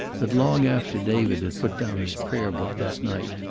but long after david had put down his prayer-book that night,